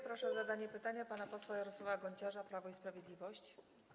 Proszę o zadanie pytania pana posła Jarosława Gonciarza, Prawo i Sprawiedliwość.